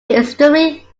extremely